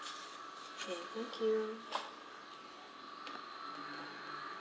K thank you